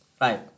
Right